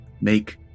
make